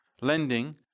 Lending